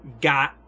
got